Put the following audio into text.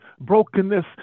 brokenness